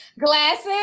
glasses